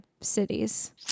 cities